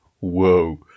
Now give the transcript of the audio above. Whoa